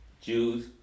Jews